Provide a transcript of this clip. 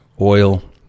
oil